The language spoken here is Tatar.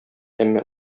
әмма